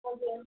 हजुर